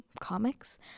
comics